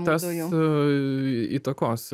tas įtakos